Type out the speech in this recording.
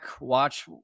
watch